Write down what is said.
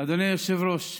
אדוני היושב-ראש,